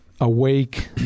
awake